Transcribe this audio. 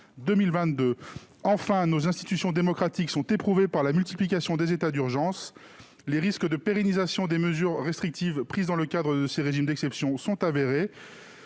Enfin, nos institutions démocratiques sont éprouvées par la multiplication des états d'urgence. Les risques de pérennisation des mesures restrictives prises dans le cadre de ces régimes d'exception sont avérés.